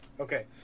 Okay